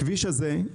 הכביש הזה,